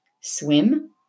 Swim